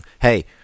Hey